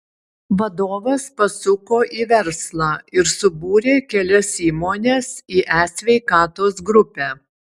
vadovas pasuko į verslą ir subūrė kelias įmones į e sveikatos grupę